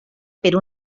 per